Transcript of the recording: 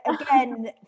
again